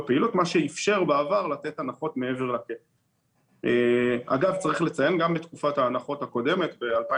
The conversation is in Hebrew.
8 בפברואר 2022. על סדר היום: ישיבת מעקב לחוק ההתחשבנות בין בתי